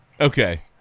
Okay